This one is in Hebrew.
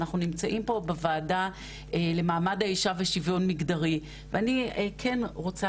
אנחנו נמצאים פה בוועדה למעמד האישה ושוויון מגדרי ואני כן רוצה